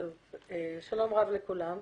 שלום רב לכולם.